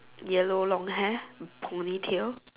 yellow long hair pony tail